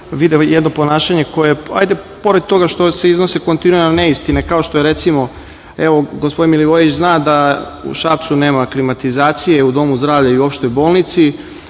vide jedno ponašanje koje, hajde pored toga što se iznosi kontinuirane neistine, kao što je recimo, evo, gospodin Milivojević zna da u Šapcu nema klimatizacije u Domu zdravlja i u opštoj bolnici,